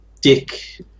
Dick